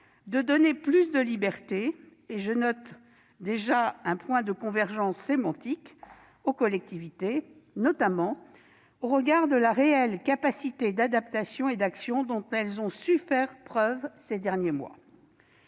de donner plus de liberté aux collectivités- je note déjà un point de convergence sémantique -, notamment au regard de la réelle capacité d'adaptation et d'action dont celles-ci ont su faire preuve ces derniers mois,